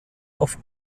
auf